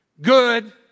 Good